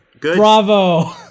bravo